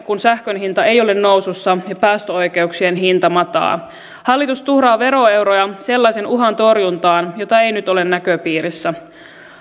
kun sähkön hinta ei ole nousussa ja päästöoikeuksien hinta mataa hallitus tuhlaa veroeuroja sellaisen uhan torjuntaan jota ei nyt ole näköpiirissä